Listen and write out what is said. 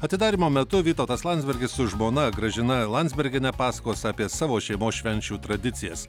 atidarymo metu vytautas landsbergis su žmona gražina landsbergiene pasakos apie savo šeimos švenčių tradicijas